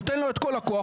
נותן לו את כל הכוח,